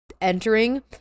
entering